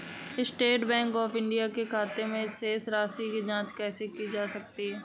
State Bank of India के खाते की शेष राशि की जॉंच कैसे की जा सकती है?